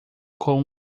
com